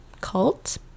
cult